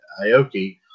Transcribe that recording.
Aoki